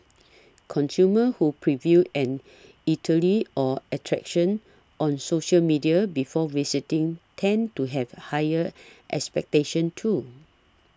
consumers who preview an eatery or attraction on social media before visiting tend to have higher expectations too